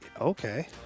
Okay